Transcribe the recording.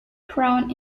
crown